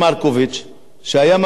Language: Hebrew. שהיה מנכ"ל משרד הפנים,